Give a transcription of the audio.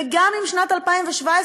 וגם אם שנת 2017,